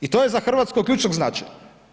I to je za Hrvatsku od ključnog značaja.